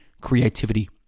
creativity